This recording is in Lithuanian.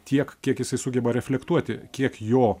tiek kiek jisai sugeba reflektuoti kiek jo